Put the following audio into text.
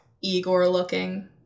Igor-looking